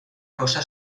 cosa